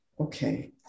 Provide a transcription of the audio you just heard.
okay